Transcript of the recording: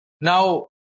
Now